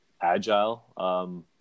agile